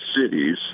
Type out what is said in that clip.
cities